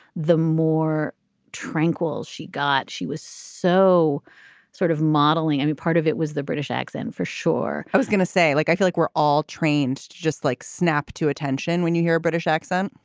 the more tranquil she got. she was so sort of modeling and any part of it was the british accent for sure i was gonna say, like, i feel like we're all trained just like snap to attention when you hear british accent,